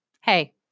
hey